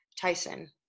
Tyson